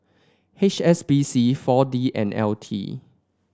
H S B C Four D and L T